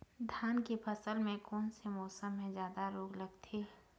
धान के फसल मे कोन से मौसम मे जादा रोग लगथे?